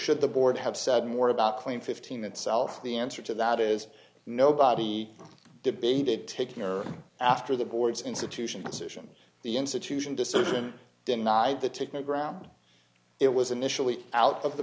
should the board have said more about clean fifteen itself the answer to that is nobody debated taking or after the board's institution position the institution decision denied the take no ground it was initially out of the